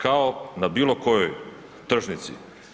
Kao na bilo kojoj tržnici.